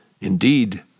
Indeed